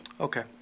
okay